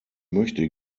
möchte